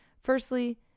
Firstly